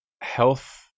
health